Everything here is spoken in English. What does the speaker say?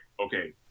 Okay